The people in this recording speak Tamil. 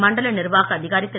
மண்டல நிர்வாக அதிகாரி திரு